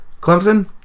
clemson